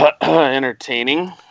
entertaining